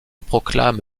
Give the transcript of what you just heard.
proclame